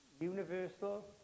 universal